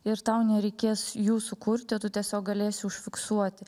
ir tau nereikės jų sukurti o tu tiesiog galėsi užfiksuoti